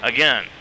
Again